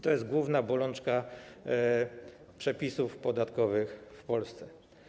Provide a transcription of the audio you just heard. To jest główna bolączka przepisów podatkowych w Polsce.